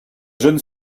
jeune